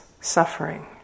suffering